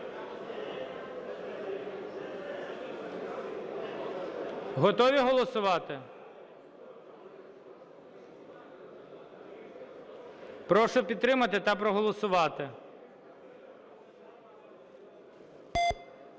Готові голосувати? Прошу підтримати та проголосувати.